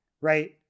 right